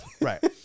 Right